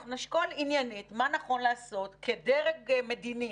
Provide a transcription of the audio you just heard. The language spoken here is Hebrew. אנחנו נשקול עניינית מה נכון לעשות כדרג מדיני,